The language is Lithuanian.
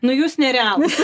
nu jūs nerealūs